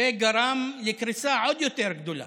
שגרם לקריסה עוד יותר גדולה.